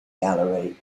gallery